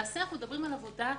אנחנו מדברים על עבודה מינהלית.